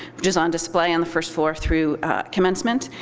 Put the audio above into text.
which is on display on the first floor through commencement.